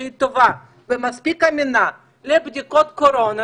שהיא טובה ומספיק אמינה לבדיקות קורונה,